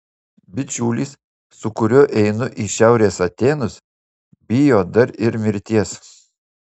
bičiulis su kuriuo einu į šiaurės atėnus bijo dar ir mirties